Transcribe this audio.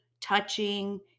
touching